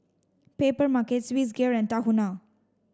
Papermarket Swissgear and Tahuna